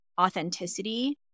authenticity